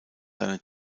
seine